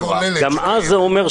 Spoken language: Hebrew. גם אז לא.